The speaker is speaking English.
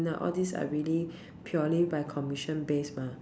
now all this are really purely by commission base mah